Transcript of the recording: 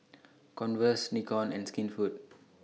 Converse Nikon and Skinfood